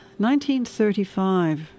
1935